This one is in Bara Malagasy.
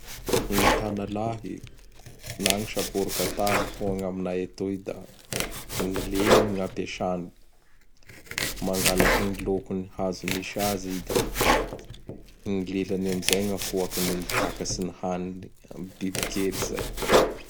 Gny Tagnalahy na ny Sakorikata hoy gn' aminay atoy da gn lelany gn' ampiasany. Mangalaky ny lokon'ny hazo misy azy i da gn' lelany amin'izay gn'afoakiny mitakatsy gny haniny da gny bibikely izay.